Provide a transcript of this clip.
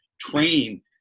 train